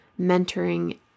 mentoring